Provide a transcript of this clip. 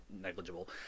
negligible